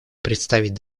представить